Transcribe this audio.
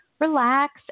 relax